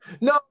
No